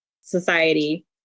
society